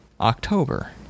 October